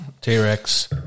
T-Rex